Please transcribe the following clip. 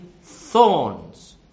thorns